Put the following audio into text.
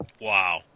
Wow